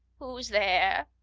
who's there?